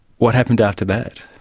what happened after that?